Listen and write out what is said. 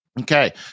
Okay